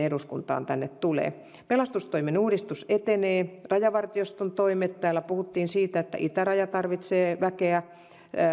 eduskuntaan tulee pelastustoimen uudistus etenee rajavartioston toimet täällä puhuttiin siitä että itäraja tarvitsee väkeä